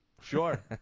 Sure